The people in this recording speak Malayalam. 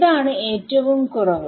ഇതാണ് ഏറ്റവും കുറവ്